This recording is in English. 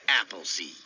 Appleseed